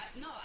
No